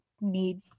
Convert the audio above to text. need